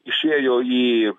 išėjo į